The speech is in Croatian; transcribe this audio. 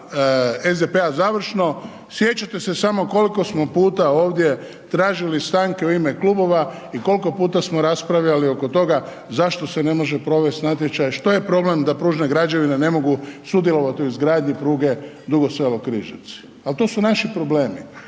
SDP-a završno, sjećate se samo koliko smo puta ovdje tražili stanke u ime klubova i koliko puta smo raspravljali oko toga zašto se ne može provest natječaj, što je problem da pružne građevine ne mogu sudjelovat u izgradnji pruge Dugo Selo-Križevci, al to su naši problemi,